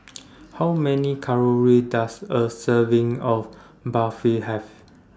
How Many Calories Does A Serving of Barfi Have